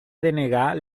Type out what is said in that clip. denegar